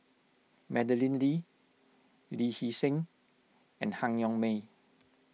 Madeleine Lee Lee Hee Seng and Han Yong May